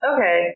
Okay